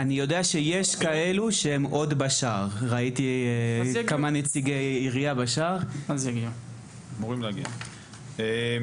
אני יודע שיש כמה מניצי העירייה שעדיין נמצאים בשער וכנראה יגיעו בהמשך.